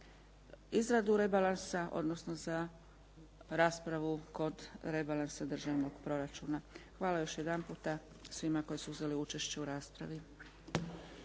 izradu rebalansa, odnosno za raspravu kod rebalansa državnog proračuna. Hvala još jedanputa svima koji su uzeli učešće u raspravi.